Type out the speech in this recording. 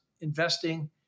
investing